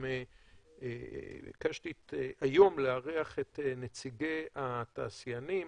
ביקשתי היום לארח את נציגי התעשיינים,